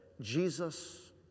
Jesus